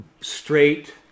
straight